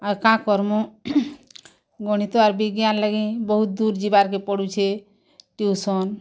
ଆର୍ କାଁ କର୍ମୁ ଗଣିତ ଆର୍ ବିଜ୍ଞାନ ଲାଗି ବହୁତ ଦୂର୍ ଯିବାର୍ କେ ପଡ଼ୁଛେ ଟିଉସନ୍